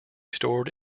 stored